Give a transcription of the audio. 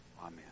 Amen